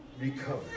recover